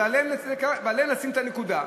ועליו לשים את הנקודה.